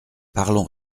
parlons